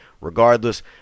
regardless